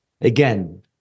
Again